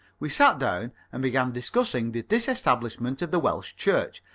we sat down and began discussing the disestablishment of the welsh church,